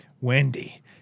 Wendy